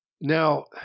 now